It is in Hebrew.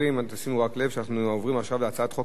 חברים, שימו לב שאנחנו עוברים עכשיו להצעת חוק